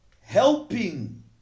helping